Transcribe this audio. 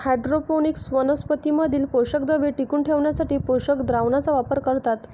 hydroponics वनस्पतीं मधील पोषकद्रव्ये टिकवून ठेवण्यासाठी पोषक द्रावणाचा वापर करतात